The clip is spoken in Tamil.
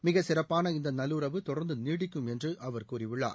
மிகச் சிறப்பான இந்த நல்லுறவு தொடர்ந்து நீடிக்கும் என்று அவர் கூறியுள்ளார்